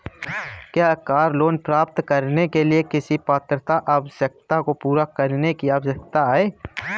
क्या car loan प्राप्त करने के लिए किसी पात्रता आवश्यकता को पूरा करने की आवश्यकता है?